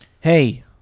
Hey